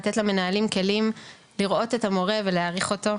לתת למנהלים כלים לראות את המורה ולהעריך אותו.